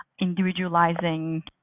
individualizing